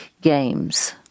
games